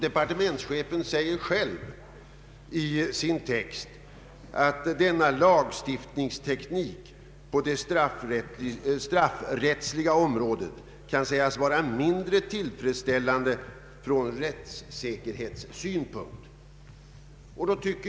Departementschefen yttrar själv i sin text att denna lagstiftningsteknik på det straffrättsliga området kan sägas vara mindre tillfredsställande från rättssäkerhetssynpunkt.